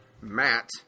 Matt